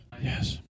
Yes